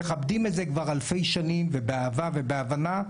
מכבדים את זה כבר אלפי שנים ובאהבה ובהבנה.